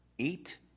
Eat